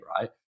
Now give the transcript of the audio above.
right